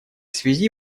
связи